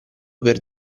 per